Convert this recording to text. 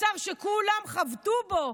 השר שכולם חבטו בו,